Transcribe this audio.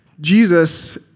Jesus